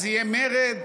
אז יהיה מרד,